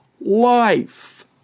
life